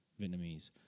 Vietnamese